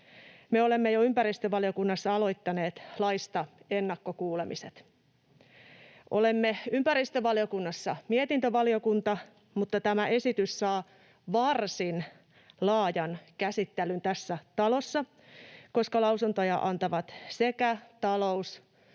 me olemme ympäristövaliokunnassa jo aloittaneet laista ennakkokuulemiset. Olemme ympäristövaliokunnassa mietintövaliokunta, mutta tämä esitys saa varsin laajan käsittelyn tässä talossa, koska lausuntoja antavat sekä talous-,